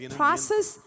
process